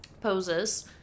poses